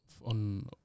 on